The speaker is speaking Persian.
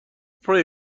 فری